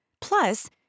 Plus